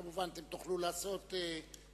כמובן, אתם תוכלו לעשות מעקב.